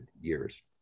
years